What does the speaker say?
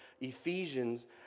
Ephesians